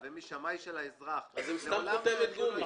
ומהשמאי של האזרח --- אז הם סתם חותמת גומי.